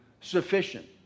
sufficient